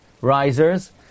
risers